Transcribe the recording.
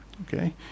okay